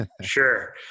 Sure